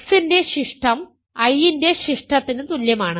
x ന്റെ ശിഷ്ടം I ന്റെ ശിഷ്ടത്തിന് തുല്യമാണ്